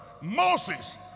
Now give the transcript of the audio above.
Moses